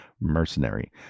Mercenary